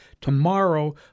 tomorrow